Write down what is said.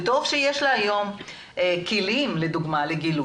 וטוב שיש לה היום כלים לגילוי.